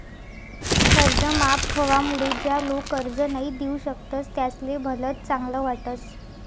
कर्ज माफ व्हवामुळे ज्या लोक कर्ज नई दिऊ शकतस त्यासले भलत चांगल वाटस